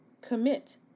Commit